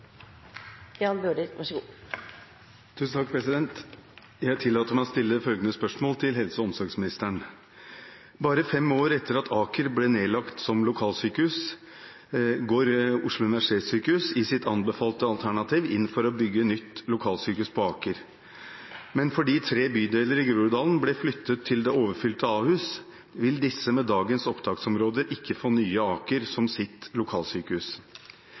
til helse- og omsorgsministeren: «Bare fem år etter at Aker ble nedlagt som lokalsykehus, går OUS i sitt anbefalte alternativ inn for å bygge nytt lokalsykehus på Aker. Men fordi tre bydeler i Groruddalen ble flyttet til det overfylte Ahus, vil disse med dagens opptaksområder ikke få nye Aker som sitt lokalsykehus.